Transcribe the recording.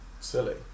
silly